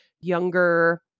younger